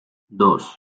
dos